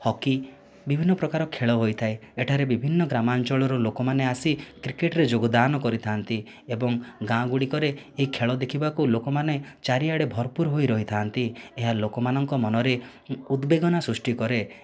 hockey ବିଭିନ୍ନ ପ୍ରକାର ଖେଳ ହୋଇଥାଏ ଏଠାରେ ବିଭିନ୍ନ ଗ୍ରାମାଞ୍ଚଳରୁ ଲୋକମାନେ ଆସି କ୍ରିକେଟରେ ଯୋଗଦାନ କରିଥାନ୍ତି ଏବଂ ଗାଁ ଗୁଡ଼ିକରେ ଏହି ଖେଳ ଦେଖିବାକୁ ଲୋକମାନେ ଚାରିଆଡ଼େ ଭରପୁର ହୋଇ ରହିଥାନ୍ତି ଏହା ଲୋକମାନଙ୍କ ମନରେ ଉଦ୍ବେଗନା ସୃଷ୍ଟି କରେ